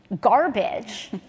garbage